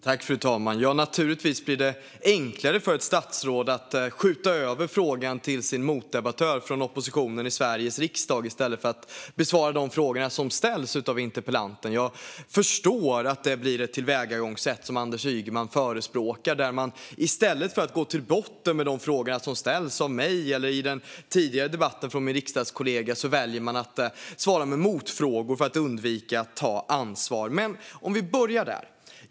Fru talman! Naturligtvis blir det enklare för ett statsråd att skjuta över frågan till sin motdebattör från oppositionen i Sveriges riksdag i stället för att besvara de frågor som ställs av interpellanten. Jag förstår att detta är ett tillvägagångssätt som Anders Ygeman förespråkar. I stället för att gå till botten med de frågor som ställs av mig eller, i den tidigare debatten, från min riksdagskollega väljer han att svara med motfrågor för att undvika att ta ansvar. Vi kan börja där.